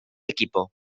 equipo